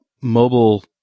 mobile